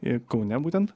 ir kaune būtent